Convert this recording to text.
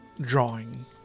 drawing